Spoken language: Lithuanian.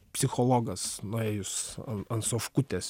psichologas nuėjus ant sofkutės